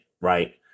right